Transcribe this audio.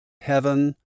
heaven